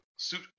Suit